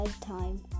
time